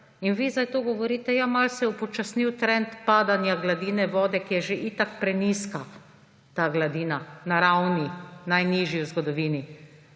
In vi sedaj tukaj govorite – ja, malce se je upočasnil trend padanja gladine vode, ki je že itak prenizka, ta gladina, na najnižji ravni v zgodovini.